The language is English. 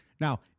Now